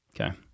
okay